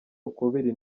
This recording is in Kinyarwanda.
ukubiri